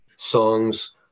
songs